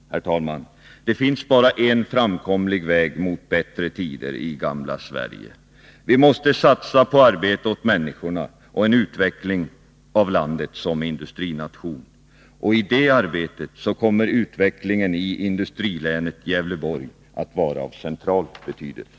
Herr talman! Det finns bara en framkomlig väg mot bättre tider i gamla Sverige. Vi måste satsa på arbete åt människorna och en utveckling av landet som industrination. I det arbetet kommer utvecklingen i industrilänet Gävleborg att vara av central betydelse.